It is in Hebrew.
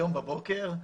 היום בבוקר,